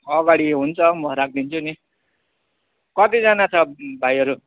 अगाडि हुन्छ म राखिदिन्छु नि कतिजना छ भाइहरू